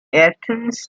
athens